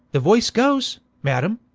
the voyce goes madam,